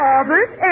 Albert